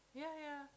ya ya